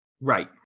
right